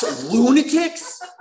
lunatics